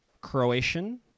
Croatian